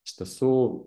iš tiesų